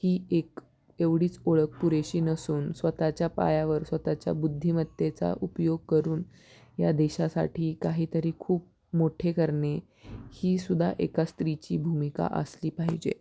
ही एक एवढीच ओळख पुरेशी नसून स्वतःच्या पायावर स्वतःच्या बुद्धिमत्तेचा उपयोग करून या देशासाठी काहीतरी खूप मोठे करणे ही सुद्धा एका स्त्रीची भूमिका असली पाहिजे